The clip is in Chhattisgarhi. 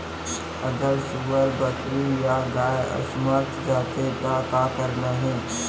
अगर सुअर, बकरी या गाय असमर्थ जाथे ता का करना हे?